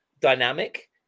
dynamic